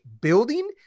building